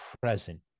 present